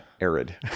arid